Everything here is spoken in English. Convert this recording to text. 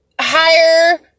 higher